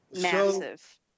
Massive